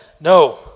No